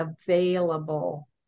available